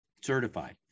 certified